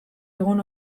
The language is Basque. egon